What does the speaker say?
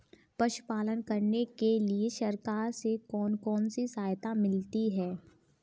पशु पालन करने के लिए सरकार से कौन कौन सी सहायता मिलती है